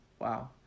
Wow